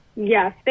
yes